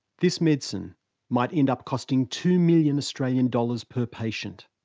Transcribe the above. this medicine might end up costing two million australian dollars per patient.